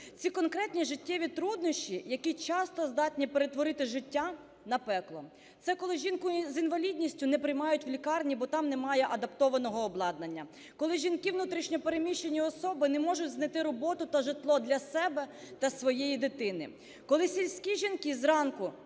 Ці конкретні життєві труднощі, які часто здатні перетворити життя на пекло. Це коли жінку з інвалідністю не приймають в лікарні, бо там немає адаптованого обладнання; коли жінки - внутрішньо переміщені особи - не можуть знайти роботу та житло для себе та своєї дитини; коли сільські жінки зранку